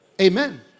Amen